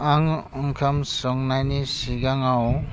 आं ओंखाम संनायनि सिगाङाव